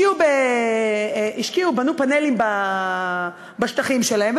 בנו פאנלים בשטחים שלהם,